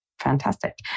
Fantastic